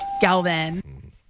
Galvin